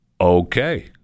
okay